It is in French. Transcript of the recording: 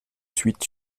suite